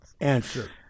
answer